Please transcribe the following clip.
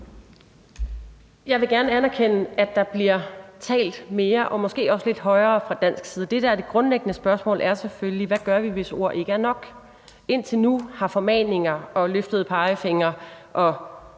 Jeg vil gerne anerkende, at der bliver talt mere og måske også lidt højere fra dansk side. Det, der er det grundlæggende spørgsmål, er selvfølgelig, hvad vi gør, hvis ord ikke er nok. Indtil nu har formaninger og løftede pegefingre og